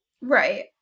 Right